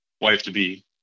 wife-to-be